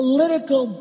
Political